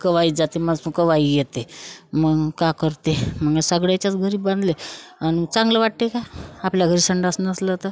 केव्हाही जाते मज मग केव्हाही येते मग का करते मग सगळ्याच्याच घरी बांधले आणि चांगलं वाटते का आपल्या घरी संडास नसलं तर